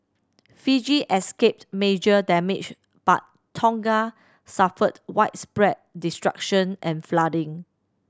Fiji escaped major damage but Tonga suffered widespread destruction and flooding